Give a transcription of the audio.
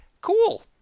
cool